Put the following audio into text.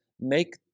make